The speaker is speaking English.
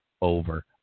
over